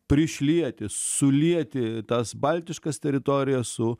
prišlieti sulieti tas baltiškas teritorijas su